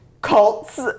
cults